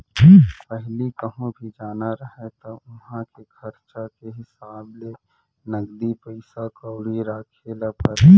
पहिली कहूँ भी जाना रहय त उहॉं के खरचा के हिसाब ले नगदी पइसा कउड़ी राखे ल परय